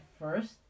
first